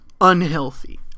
unhealthy